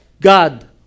God